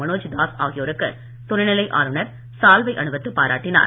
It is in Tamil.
மனோஜ் தாஸ் ஆகியோருக்கு துணைநிலை ஆளுநர் சால்வை அணிவித்து பாராட்டினார்